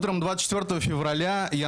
ב-24.2